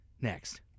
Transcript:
next